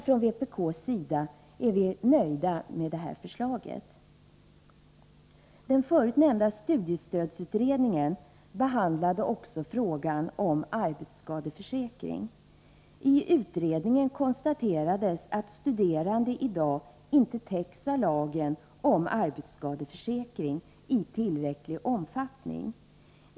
Från vpk:s sida är vi nöjda med detta förslag. Den förut nämnda studiestödsutredningen behandlade också frågan om arbetsskadeförsäkring. I utredningen konstaterades att studerande i dag inte i tillräcklig utsträckning täcks av lagen om arbetsskadeförsäkring.